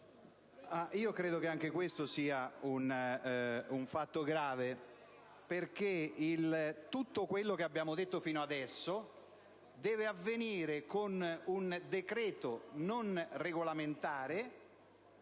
credo che anche questo sia un fatto grave, cioé che tutto quello che abbiamo detto fino ad ora debba avvenire con un decreto di natura non regolamentare